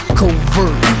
covert